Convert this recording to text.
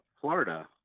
florida